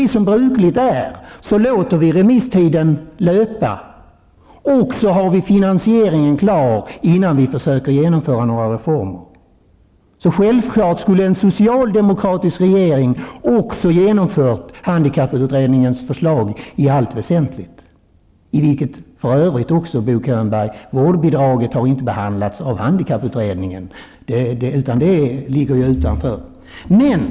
Som brukligt är låter vi remisstiden löpa. Vidare har vi finansieringen klar, innan vi försöker genomföra reformer. Självklart skulle också en socialdemokratisk regering i allt väsentligt ha genomfört handikapputredningens förslag. Vårdnadsbidraget har för övrigt, Bo Könberg, inte behandlats av handikapputredningen. Den saken ligger ju utanför det hela.